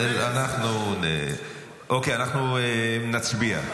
אוקיי, אנחנו נצביע.